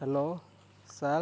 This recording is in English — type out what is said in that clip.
hello sir